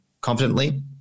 confidently